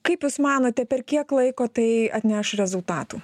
kaip jūs manote per kiek laiko tai atneš rezultatų